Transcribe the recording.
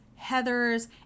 Heathers